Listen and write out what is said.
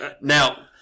Now